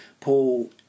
Paul